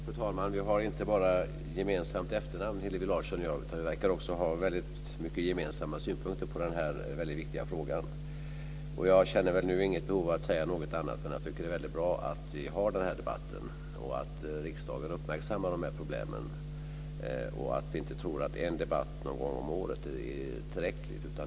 Fru talman! Vi har inte bara gemensamt efternamn, Hillevi Larsson och jag, utan vi verkar också ha väldigt mycket gemensamma synpunkter på den här väldigt viktiga frågan. Och jag känner nu inget behov av att säga någonting annat än att jag tycker att det är väldigt bra att vi har denna debatt och att riksdagen uppmärksammar dessa problem. Vi ska inte tro att en debatt någon gång om året är tillräckligt.